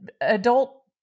adult